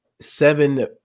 Seven